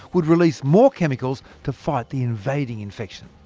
would release more chemicals to fight the invading infection.